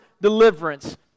deliverance